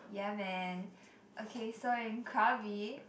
yeah man okay so in Krabi